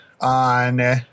on